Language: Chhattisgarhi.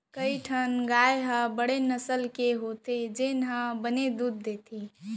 कई ठन गाय ह बड़े नसल के होथे जेन ह बने दूद देथे